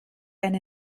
eine